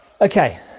Okay